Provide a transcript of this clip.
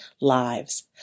lives